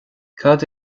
cad